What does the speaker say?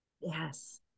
yes